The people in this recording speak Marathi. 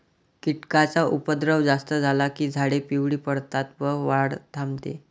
कीटकांचा उपद्रव जास्त झाला की झाडे पिवळी पडतात व वाढ थांबते